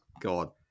God